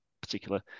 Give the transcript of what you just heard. particular